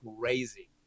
crazy